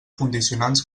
condicionants